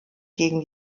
gegen